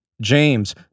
James